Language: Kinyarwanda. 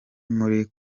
muri